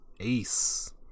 Ace